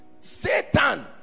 Satan